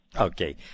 Okay